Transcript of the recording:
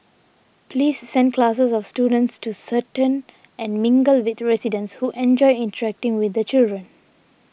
please send classes of students to certain and mingle with residents who enjoy interacting with the children